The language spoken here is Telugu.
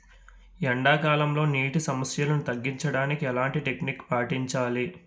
ఎండా కాలంలో, నీటి సమస్యలను తగ్గించడానికి ఎలాంటి టెక్నిక్ పాటించాలి?